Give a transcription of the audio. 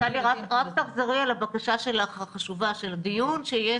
רק תחזרי על הבקשה החשובה שלך שלקראת הדיון שיהיה